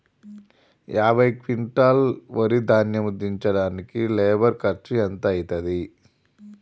యాభై క్వింటాల్ వరి ధాన్యము దించడానికి లేబర్ ఖర్చు ఎంత అయితది?